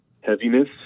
heaviness